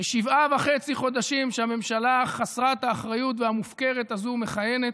בשבעה וחצי החודשים שהממשלה חסרת האחריות והמופקרת הזו מכהנת,